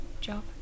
job